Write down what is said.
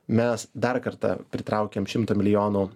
mes dar kartą pritraukėm šimtą milijonų